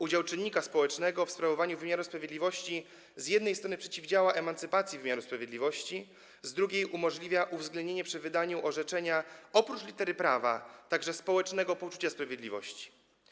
Udział czynnika społecznego w sprawowaniu wymiaru sprawiedliwości z jednej strony przeciwdziała emancypacji wymiaru sprawiedliwości, z drugiej strony umożliwia uwzględnienie przy wydaniu orzeczenia oprócz litery prawa także społecznego poczucia sprawiedliwości.